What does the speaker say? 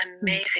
amazing